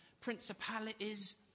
principalities